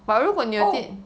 oh